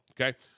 Okay